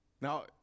Now